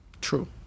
True